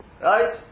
right